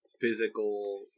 physical